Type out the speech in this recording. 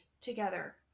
together